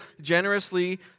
generously